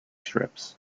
strips